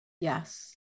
Yes